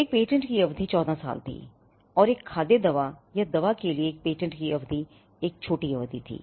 एक पेटेंट की अवधि 14 साल थी और एक खाद्य दवा या दवा के लिए एक पेटेंट की अवधि एक छोटी अवधि थी